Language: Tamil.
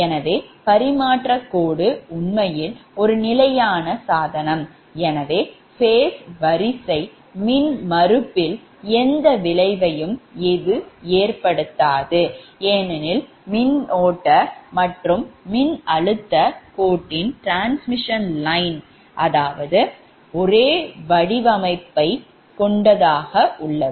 எனவே பரிமாற்றக் கோடு உண்மையில் ஒரு நிலையான சாதனம் எனவே phase வரிசை மின்மறுப்பில் எந்த விளைவையும் ஏற்படுத்தாது ஏனெனில் மின்னோட்ட மற்றும் மின்னழுத்த கோட்டின் ஒரே வடிவவியலை எதிர்கொள்கின்றன